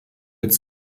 its